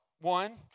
one